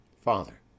Father